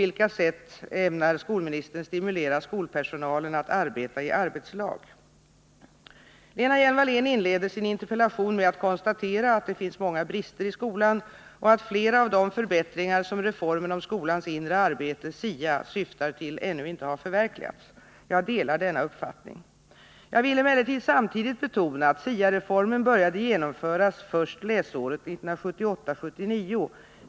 Lena Hjelm-Wallén inleder sin interpellation med att konstatera att det finns många brister i skolan och att flera av de förbättringar, som reformen om skolans inre arbete syftar till, ännu inte har förverkligats. Jag delar denna uppfattning. Jag vill emellertid samtidigt betona att SIA-reformen började genomföras först läsåret 1978/79.